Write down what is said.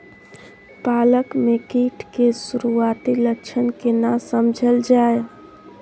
पालक में कीट के सुरआती लक्षण केना समझल जाय?